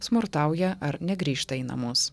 smurtauja ar negrįžta į namus